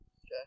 Okay